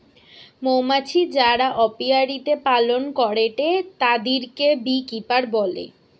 মৌমাছি যারা অপিয়ারীতে পালন করেটে তাদিরকে বী কিপার বলে